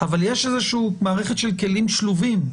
אבל יש איזושהי מערכת של כלים שלובים.